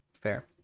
Fair